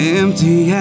empty